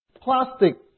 plastic